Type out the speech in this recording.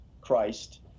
Christ